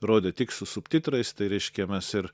rodė tik su subtitrais tai reiškia mes ir